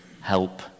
help